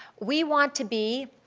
we want to be,